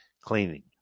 Cleaning